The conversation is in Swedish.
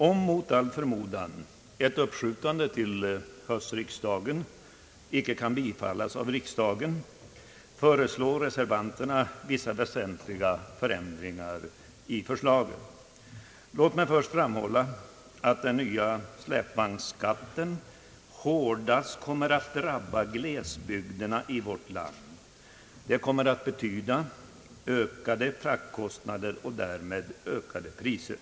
Om mot all förmodan ett uppskjutande av behandlingen till höstriksdagen icke kan bifallas av riksdagen, föreslår reservanterna vissa väsentliga ändringar i förslaget. Låt mig först framhålla att den nya släpvagnsskatten hårdast kommer att drabba fordonsägare i glesbygderna. Det kommer att betyda ökade fraktkostnader och därmed ökade priser.